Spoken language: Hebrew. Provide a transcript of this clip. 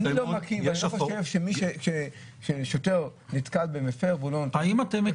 אני לא מכיר ולא חושב ששוטר נתקל במפר והוא לא נותן לו דוח.